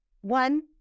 One